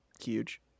huge